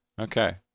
Okay